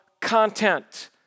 content